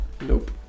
Nope